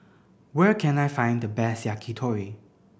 where can I find the best Yakitori